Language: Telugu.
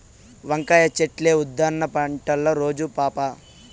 వంకాయ చెట్లే ఉద్దాన పంటల్ల రాజు పాపా